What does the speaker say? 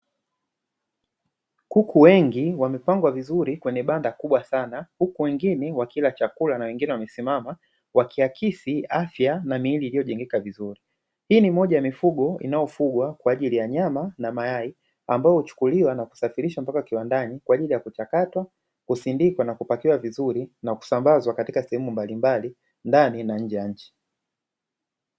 Kuku wengi wamepangwa vizuri kwenye banda kubwa sana, huku wengine wakila chakula na wengine wamesimama wakiakisi afya na miili iliyojengekea vizuri. Hii ni moja ya mifugo inayofugwa kwa ajili ya wanyama na mayai, ambayo huchuliwa na kusafirishwa mpaka kiwandani kwa ajili ya kuchakata, kusindikwa na kupakiwa vizuri. Na kusambazwa katika sehemu mbalimbali ndani na nje ya nchi.